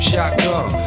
Shotgun